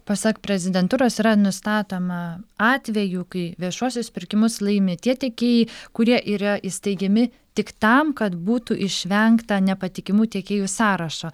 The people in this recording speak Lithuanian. pasak prezidentūros yra nustatoma atvejų kai viešuosius pirkimus laimi tie tiekėjai kurie yra įsteigiami tik tam kad būtų išvengta nepatikimų tiekėjų sąrašo